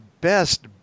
best